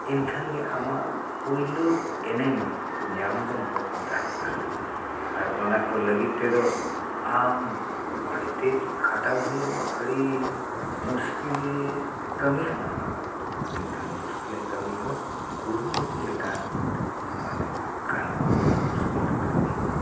ᱮᱱᱠᱷᱟᱱ ᱜᱮ ᱟᱢᱟᱜ ᱯᱩᱭᱞᱩ ᱮᱱᱮᱢ ᱧᱟᱢᱫᱚᱢ ᱦᱚᱠᱫᱟᱨᱚᱜᱼᱟ ᱟᱨ ᱚᱱᱟ ᱠᱚ ᱞᱟᱹᱜᱤᱫ ᱛᱮᱫᱚ ᱟᱢ ᱟᱹᱰᱤᱛᱮᱫ ᱠᱷᱟᱴᱟᱣ ᱦᱩᱭᱟᱢᱟ ᱟᱹᱰᱤ ᱢᱩᱥᱠᱤᱞ ᱠᱟᱹᱢᱤ ᱠᱟᱱᱟ ᱱᱚᱣᱟ ᱫᱚ ᱮᱱᱠᱷᱟᱱ ᱢᱩᱥᱠᱤᱞ ᱠᱟᱹᱢᱤ ᱦᱚᱸ ᱠᱩᱨᱩᱢᱩᱴᱩ ᱞᱮᱠᱷᱟᱱ ᱢᱟᱱᱮ ᱜᱟᱱᱚᱜ ᱜᱮᱭᱟ ᱢᱩᱥᱠᱤᱞ ᱠᱟᱹᱢᱤ ᱦᱚᱸ